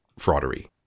fraudery